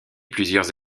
plusieurs